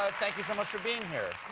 thank you so much for being here?